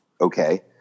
okay